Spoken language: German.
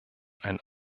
ein